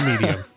medium